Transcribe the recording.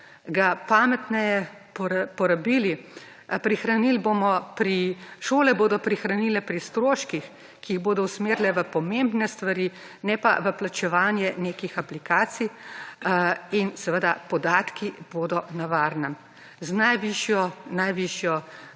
ga pametno porabili, prihranili bomo, šole bodo prihranile pri stroških, ki jih bodo usmerile v pomembne stvari ne pa v plačevanje nekih aplikacij in seveda podatki bodo na varnem z najvišjim